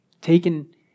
taken